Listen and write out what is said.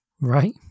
right